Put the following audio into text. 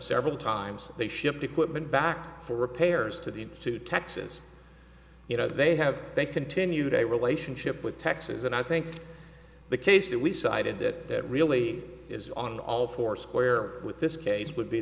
several times they shipped equipment back for repairs to the to texas you know they have they continued a relationship with texas and i think the case that we cited that really is on all four square with this case would be